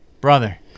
brother